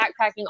backpacking